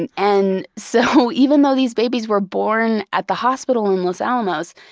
and and so even though these babies were born at the hospital in los alamos,